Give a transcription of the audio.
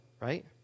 right